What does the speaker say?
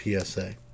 PSA